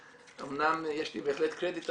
אמנם יש לי בהחלט קרדיט,